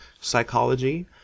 psychology